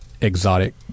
exotic